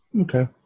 Okay